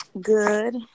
Good